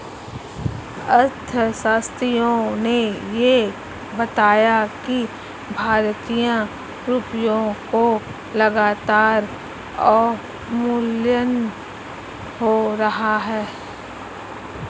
अर्थशास्त्रियों ने यह बताया कि भारतीय रुपयों का लगातार अवमूल्यन हो रहा है